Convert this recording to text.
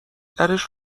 درش